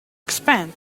expand